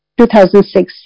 2006